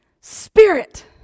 Spirit